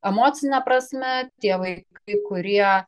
emocine prasme tie vaikai kurie